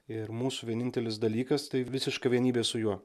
ir mūsų vienintelis dalykas tai visiška vienybė su juo